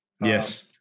yes